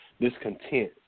discontent